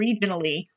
regionally